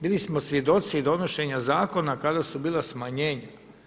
Bili smo svjedoci donošenja zakona kada su bila smanjenja.